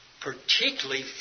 particularly